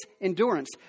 endurance